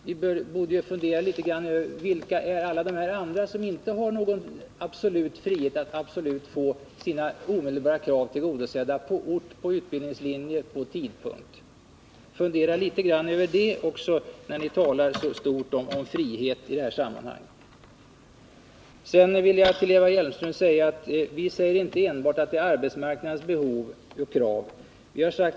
Vi borde ägna en tanke åt alla de andra som inte har någon absolut frihet att få sina krav beträffande ort, utbildningslinje och tidpunkt tillgodosedda. Ägna en tanke också åt dessa, innan ni nästa gång talar så stort om friheten i det här sammanhanget! Jag vill till Eva Hjelmström säga att vi inte har sagt att det enbart är arbetsmarknadens behov och krav som skall vara styrande.